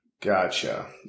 gotcha